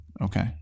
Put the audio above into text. Okay